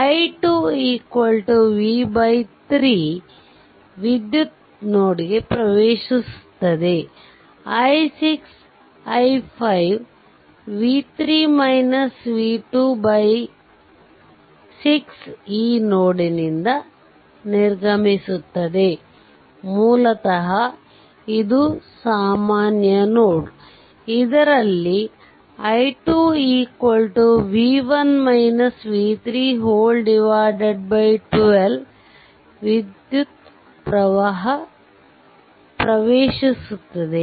i 2 v 3 ವಿದ್ಯುತ್ ನೋಡ್ಗೆ ಪ್ರವೇಶಿಸುತ್ತದೆ i6 i5 6 ಈ ನೋಡ್ನಿಂದ ನಿರ್ಗಮಿಸುತ್ತವೆ ಮೂಲತಃ ಇದು ಸಾಮಾನ್ಯ ನೋಡ್ ಇದರಲ್ಲಿ i 2 12 ವಿದ್ಯುತ್ ಪ್ರವಾಹವು ಪ್ರವೇಶಿಸುತ್ತಿದೆ